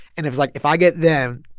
and it was like, if i get them,